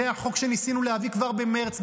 זה החוק שניסינו להביא כבר במרץ,